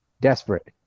Desperate